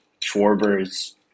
Schwarber's